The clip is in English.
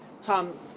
Tom